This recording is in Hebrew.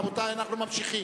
רבותי, אנחנו ממשיכים.